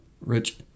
rich